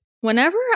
whenever